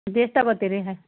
ಎಷ್ಟು ತಗೋತೀರಿ